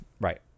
Right